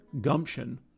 gumption